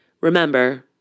Remember